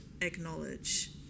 acknowledge